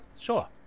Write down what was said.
sure